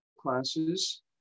classes